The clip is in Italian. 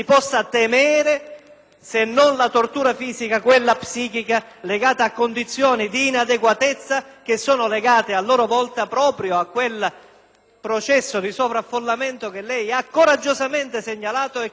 se non la tortura fisica, quella psichica legata a condizioni di inadeguatezza che sono legate, a loro volta, proprio a quel processo di sovraffollamento che lei, signor Ministro, ha coraggiosamente segnalato. *(Applausi